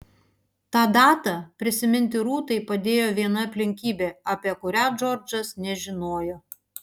tą datą prisiminti rūtai padėjo viena aplinkybė apie kurią džordžas nežinojo